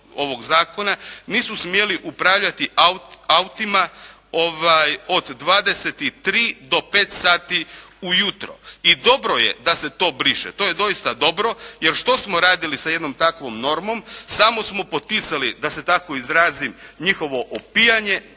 nisu smjeli upravljati autima od 23 do 5 sati u jutro. I dobro je da se to briše. To je doista dobro. Jer što smo radili sa jednom takvom normom? Samo smo poticali da se tako izrazim njihovo opijanje,